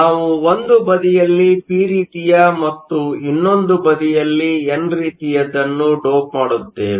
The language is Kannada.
ನಾವು ಒಂದು ಬದಿಯಲ್ಲಿ ಪಿ ರೀತಿಯ ಮತ್ತು ಇನ್ನೊಂದು ಬದಿಯಲ್ಲಿ ಎನ್ ರೀತಿಯದ್ದನ್ನು ಡೋಪ್ ಮಾಡುದ್ದೇವೆ